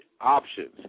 options